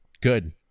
good